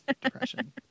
depression